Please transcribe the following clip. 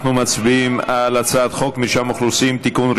אנחנו מצביעים על הצעת חוק מרשם אוכלוסין (תיקון,